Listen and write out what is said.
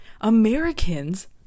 Americans